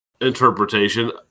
interpretation